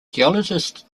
geologists